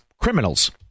criminals